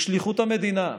בשליחות המדינה,